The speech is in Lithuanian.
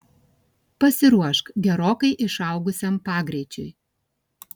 pasiruošk gerokai išaugusiam pagreičiui